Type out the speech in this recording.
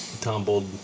tumbled